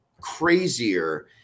crazier